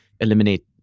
eliminate